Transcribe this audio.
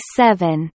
seven